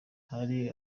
hari